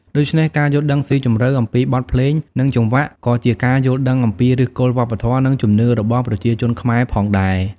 ដូច្នេះ ការយល់ដឹងស៊ីជម្រៅអំពីបទភ្លេង និងចង្វាក់ក៏ជាការយល់ដឹងអំពីឫសគល់វប្បធម៌ និងជំនឿរបស់ប្រជាជនខ្មែរផងដែរ។